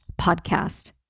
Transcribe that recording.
podcast